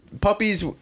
puppies